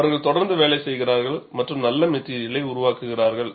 அவர்கள் தொடர்ந்து வேலை செய்கிறார்கள் மற்றும் நல்ல மெட்டிரியலை உருவாக்குகிறார்கள்